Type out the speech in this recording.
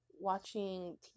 watching